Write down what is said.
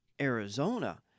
Arizona